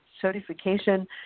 certification